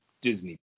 disney